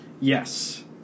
yes